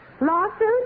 Lawsuit